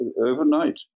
overnight